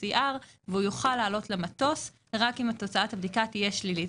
PCR והוא יוכל לעלות למטוס רק אם תוצאת הבדיקה יהיו שליליות.